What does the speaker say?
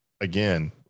again